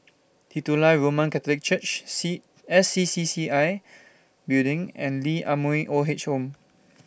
Titular Roman Catholic Church C S C C C I Building and Lee Ah Mooi Old Age Home